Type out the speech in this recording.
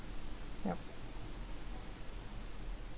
yup